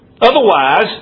Otherwise